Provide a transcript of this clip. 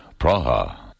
Praha